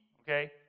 okay